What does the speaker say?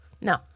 No